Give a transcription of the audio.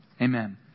Amen